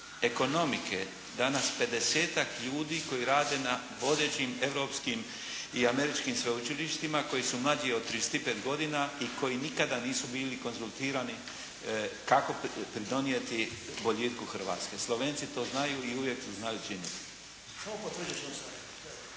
ekonomike danas pedesetak ljudi koji rade na vodećim europskim i američkim sveučilištima koji su mlađi od trideset i pet godina i koji nikada nisu bili konzultirani kako pridonijeti boljitku Hrvatske. Slovenci to znaju i uvijek su znali činiti.